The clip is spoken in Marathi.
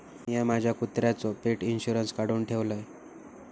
मिया माझ्या कुत्र्याचो पेट इंशुरन्स काढुन ठेवलय